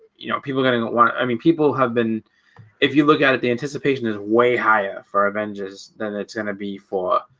you, know people gonna want i mean people have been if you look at it the anticipation is way higher for avengers then it's gonna be for